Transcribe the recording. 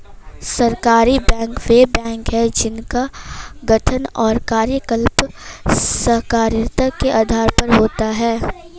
सहकारी बैंक वे बैंक हैं जिनका गठन और कार्यकलाप सहकारिता के आधार पर होता है